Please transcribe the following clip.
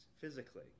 physically